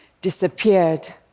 disappeared